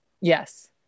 Yes